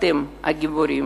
אתם הגיבורים,